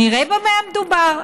נראה במה מדובר.